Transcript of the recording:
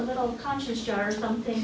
a little conscious jar something